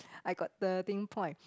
I got thirteen point